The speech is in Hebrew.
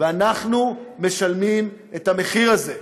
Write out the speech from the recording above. ואנחנו משלמים את המחיר הזה.